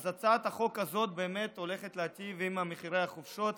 אז הצעת החוק הזאת הולכת להיטיב במחירי החופשות,